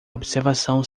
observação